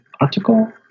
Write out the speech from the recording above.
article